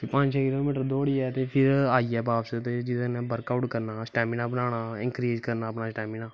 पंज छे kilometre दौड़ियै ते फ्ही आईयै बापस बर्क आउट करना स्टैमना बधाना इंकरीज़ करना अपना सटैमना